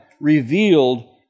revealed